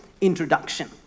introduction